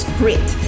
grit